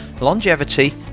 longevity